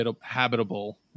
habitable